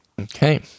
Okay